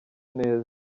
neza